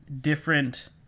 different